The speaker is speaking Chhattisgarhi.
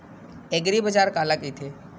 एग्रीबाजार काला कइथे?